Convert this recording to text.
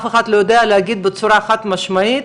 אף אחד לא יודע להגיד בצורה חד משמעית,